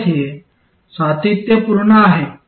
तर हे सातत्यपूर्ण आहे